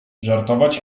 żartować